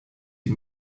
die